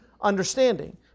understanding